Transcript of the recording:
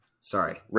Sorry